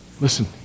listen